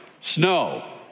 Snow